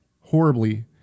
horribly